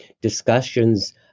discussions